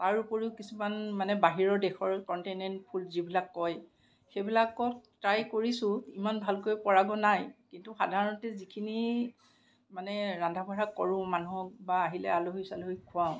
তাৰ উপৰিও কিছুমান মানে বাহিৰৰ দেশৰ কনণ্টিনেণ্ট ফুড যিবিলাক কয় সেইবিলাকক ট্ৰাই কৰিছোঁ ইমান ভালকৈ পৰাগৈ নাই কিন্তু সাধাৰণতে যিখিনি মানে ৰান্ধা বঢ়া কৰোঁ মানুহক বা আহিলে আলহী চালহীক খুৱাওঁ